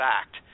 act